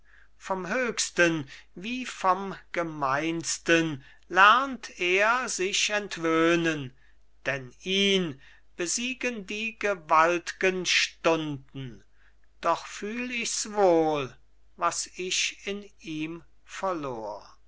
vom höchsten wie vom gemeinsten lernt er sich entwöhnen denn ihn besiegen die gewaltgen stunden doch fühl ichs wohl was ich in ihm verlor